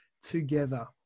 together